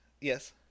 yes